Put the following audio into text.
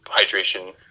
hydration